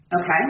okay